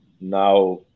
now